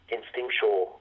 Instinctual